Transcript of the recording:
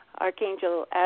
Archangel